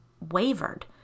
wavered